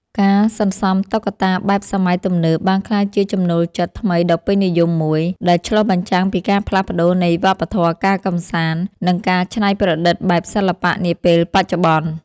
ការសន្សំតុក្កតាបែបសម័យទំនើបបានក្លាយជាចំណូលចិត្តថ្មីដ៏ពេញនិយមមួយ ដែលឆ្លុះបញ្ចាំងពីការផ្លាស់ប្តូរនៃវប្បធម៌ការកម្សាន្ត និងការច្នៃប្រឌិតបែបសិល្បៈនាពេលបច្ចុប្បន្ន។